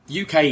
UK